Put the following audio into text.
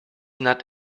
not